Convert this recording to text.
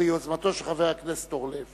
למה העמדה של חבר הכנסת אורלב